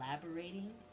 collaborating